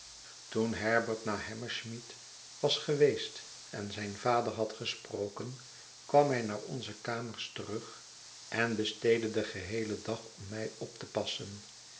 toen herbert naar hammersmith was geweest en zij n vader had gesproken kwam hij naar onze kamers terug en besteedde den geheelen dag om mij op te passen